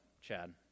Chad